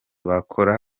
bakora